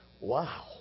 Wow